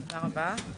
הישיבה ננעלה בשעה